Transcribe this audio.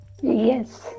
yes